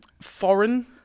foreign